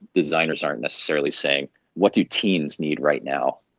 designers aren't necessarily saying what do teens need right now,